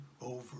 over